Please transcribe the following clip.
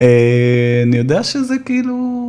אני יודע שזה כאילו.